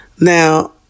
Now